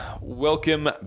Welcome